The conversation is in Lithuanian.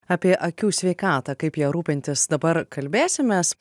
apie akių sveikatą kaip ja rūpintis dabar kalbėsimės